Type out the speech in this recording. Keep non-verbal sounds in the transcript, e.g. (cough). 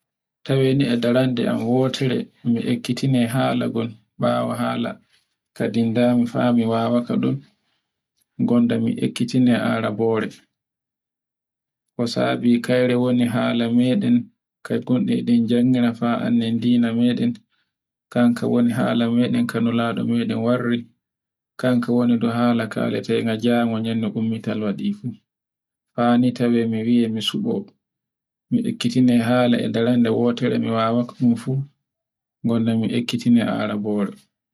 to wene e darande e an wotore mi ekkitianai halangon, bawo (noise) hala kadin fa mi wawakadun, (noise) gonda mi ekkitino aranmbore, ko sabi wano habi, ngam annden jannre dina meɗen kanulale meɗen warri kan kawoni kan hala dow jango kal ummital waɗi, wani tawi tomi sabi mi huwo. mi ekkitono hala a darande woto gonda mi ekkiton Arabore.